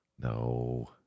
no